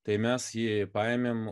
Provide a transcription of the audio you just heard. tai mes jį paėmėm